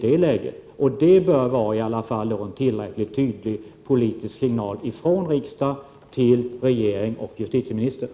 Det bör i alla fall bli en tillräckligt tydlig politisk signal från riksdagen till regeringen och justitieministern.